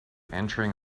entering